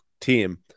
team